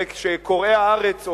הרי קוראי "הארץ",